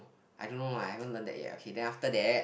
I don't know ah I haven't learn that yet okay then after that